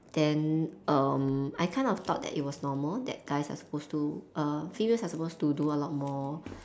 then um I kind of thought that it was normal that guys are supposed to err females are supposed to do a lot more